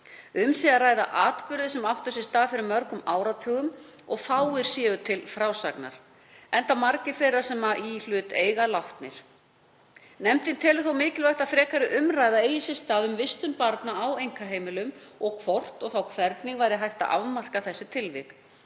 Um sé að ræða atburði sem áttu sér stað fyrir mörgum áratugum og fáir séu til frásagnar, enda margir þeirra sem í hlut eiga látnir. Nefndin telur þó mikilvægt að frekari umræða eigi sér stað um vistun barna á einkaheimilum og hvort og þá hvernig væri hægt að afmarka þessi tilvik,